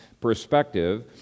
perspective